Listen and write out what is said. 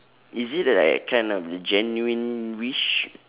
is it the like kind of the genuine wish